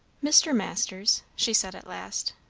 mr. masters, she said at last,